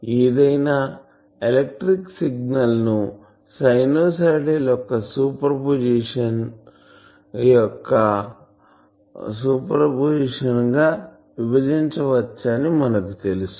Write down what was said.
కాబట్టి ఏదైనా ఎలక్ట్రికల్ సిగ్నల్ను సైనుసోయిడ్స్ యొక్క సూపర్ పోజిషన్ గా విభజించవచ్చని మనకు తెలుసు